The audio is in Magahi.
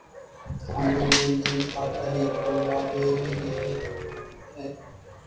हमरो लेन देन खाता हीं खोलबाबे लागी हई है